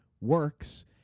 works